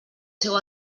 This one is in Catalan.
seu